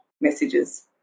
messages